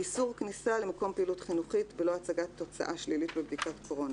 איסור כניסה למקום פעילות חינוכית בלא הצגת תוצאה שלילית בבדיקת קורונה.